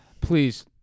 please